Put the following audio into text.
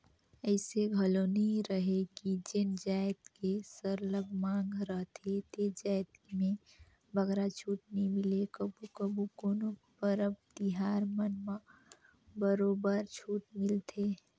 अइसे घलो नी रहें कि जेन जाएत के सरलग मांग रहथे ते जाएत में बगरा छूट नी मिले कभू कभू कोनो परब तिहार मन म बरोबर छूट मिलथे